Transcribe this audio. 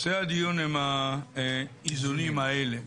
נושא הדיון הוא האיזונים האלה.